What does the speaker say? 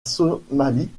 somalie